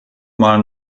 mal